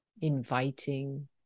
inviting